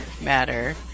matter